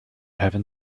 heaven